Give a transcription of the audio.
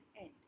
end